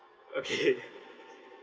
okay